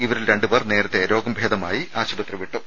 ഇതിൽ രണ്ടു പേർ നേരെത്ത രോഗം ഭേദമായി ആശുപത്രി വിട്ടു